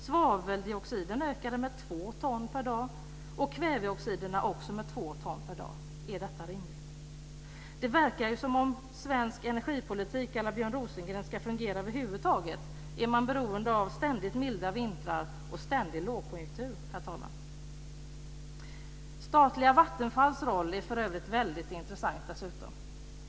Svaveldioxiden ökade med 2 ton per dag och kväveoxiderna också med 2 ton per dag. Är detta rimligt? Det verkar som om svensk energipolitik à la Björn Rosengren för att över huvud taget fungera är beroende av ständigt milda vintrar och ständig lågkonjunktur, herr talman. Statliga Vattenfalls roll är för övrigt väldigt intressant.